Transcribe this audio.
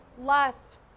lust